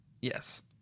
yes